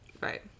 right